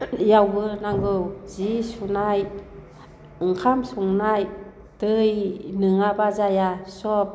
नांगौ जि सुनाय ओंखाम संनाय दै नोङाब्ला जाया सब